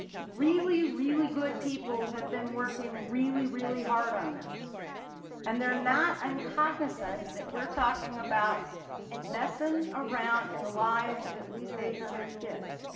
really really good people have been working really really hard on this and they are not in and cognizant that we are talking about messing around in the lives of at least eight hundred kids.